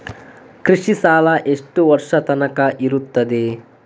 ಕೃಷಿ ಸಾಲ ಎಷ್ಟು ವರ್ಷ ತನಕ ಇರುತ್ತದೆ?